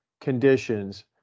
conditions